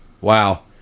Wow